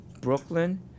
Brooklyn